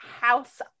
House